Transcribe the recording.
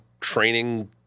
training